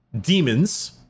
demons